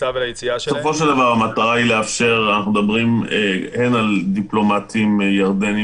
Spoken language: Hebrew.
אנחנו מדברים הן על דיפלומטים ירדנים